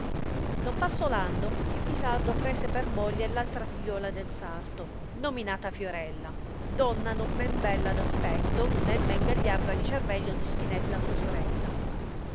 non passò l anno che pisardo prese per moglie l'altra figliuola del sarto nominata fiorella donna non men bella d'aspetto né men gagliarda di certello di spinella sua sorella